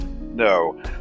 no